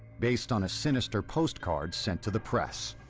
based on a sinister postcard sent to the press.